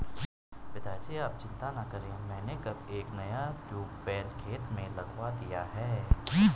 पिताजी आप चिंता ना करें मैंने कल एक नया ट्यूबवेल खेत में लगवा दिया है